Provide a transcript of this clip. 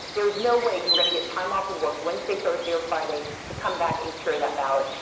there is no way you're going to get time off ah work wednesday, thursday, or friday to come back and cure that ballot.